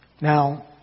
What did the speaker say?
Now